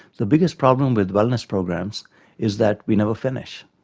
the biggest problem with wellness programs is that we never finish.